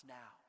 now